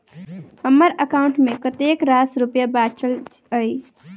हम्मर एकाउंट मे कतेक रास रुपया बाचल अई?